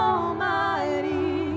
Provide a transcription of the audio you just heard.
Almighty